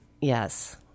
Yes